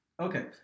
Okay